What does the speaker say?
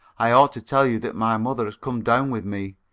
i ought to tell you that my mother has come down with me.